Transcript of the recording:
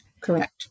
Correct